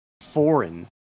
foreign